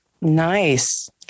Nice